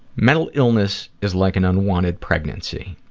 mental illness is like an unwanted pregnancy.